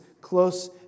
close